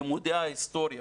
לימודי ההיסטוריה,